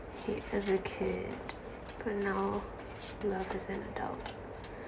hate as a kid but now love as an adult